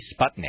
Sputnik